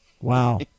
Wow